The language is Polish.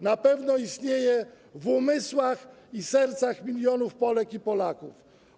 Na pewno istnieje w umysłach i sercach milionów Polek i Polaków.